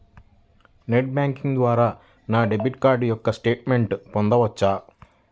Net banking ద్వారా నా debit card యొక్క స్టేట్మెంట్ పొందవచ్చా?